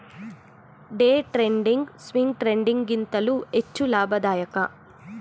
day trading, swing trading ಗಿಂತಲೂ ಹೆಚ್ಚು ಲಾಭದಾಯಕ